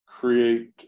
create